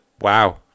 wow